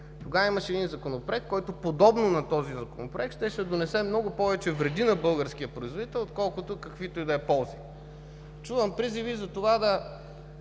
Тогава имаше Законопроект, който, подобно на този Законопроект, щеше да донесе много повече вреди на българския производител, отколкото каквито и да е ползи. Чувам призиви за това да